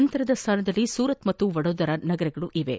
ನಂತರದ ಸ್ಥಾನದಲ್ಲಿ ಸೂರತ್ ಮತ್ತು ವಡೋದರ ನಗರಗಳಿವೆ